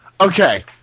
Okay